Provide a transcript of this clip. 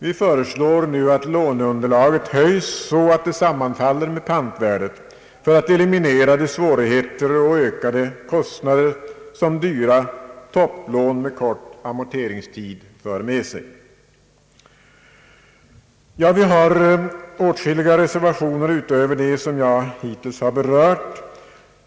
Vi föreslår nu att låneunderlaget höjs, så att det sammanfaller med pantvärdet, för att eliminera de svårigheter och ökade kostnader som dyra topplån med kort amorteringstid för med sig. Vi har åtskilliga reservationer utöver dem jag hittills har berört.